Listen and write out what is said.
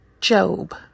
Job